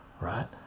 right